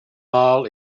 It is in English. mall